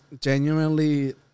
genuinely